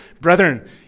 brethren